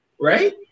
right